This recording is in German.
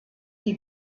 die